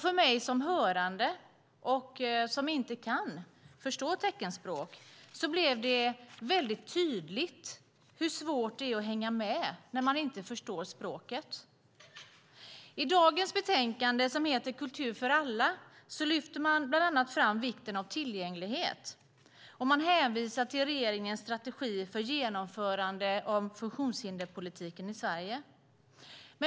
För mig som hörande och som inte kan förstå teckenspråk blev det väldigt tydligt hur svårt det är att hänga med när man inte förstår språket. I dagens betänkande, som heter Kultur för alla , lyfter man bland annat fram vikten av tillgänglighet. Man hänvisar till regeringens strategi för genomförande av funktionshinderspolitiken i Sverige.